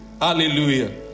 Hallelujah